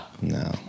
No